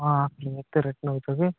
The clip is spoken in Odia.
ବାପରେ ଏତେ ରେଟ୍ ନେଉଛ ଯେ